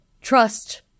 Trust